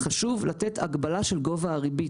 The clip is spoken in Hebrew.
חשוב לתת הגבלה של גובה הריבית.